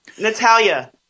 Natalia